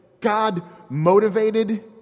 God-motivated